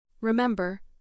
Remember